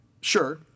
sure